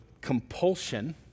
compulsion